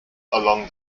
along